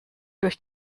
durch